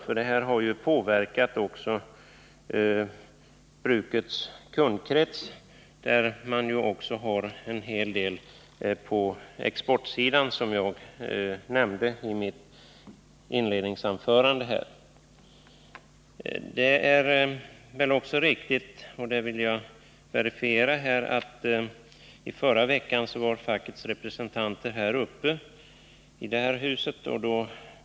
Situationen har påverkat också brukets kundkrets. En hel del av kunderna finns på exportsidan, som jag nämnde i mitt inledningsanförande här. Det är också riktigt — det vill jag verifiera här — att i förra veckan var fackets representanter här i riksdagshuset.